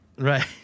Right